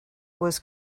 was